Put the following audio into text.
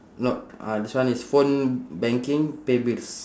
no uh this one is phone banking pay bills